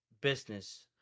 business